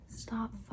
stop